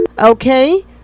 okay